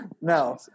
No